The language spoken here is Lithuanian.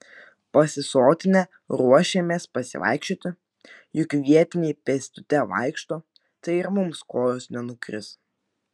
pasisotinę ruošėmės pasivaikščioti juk vietiniai pėstute vaikšto tai ir mums kojos nenukris